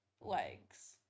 legs